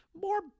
more